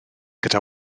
gyda